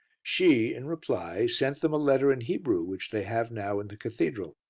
she, in reply, sent them a letter in hebrew which they have now in the cathedral.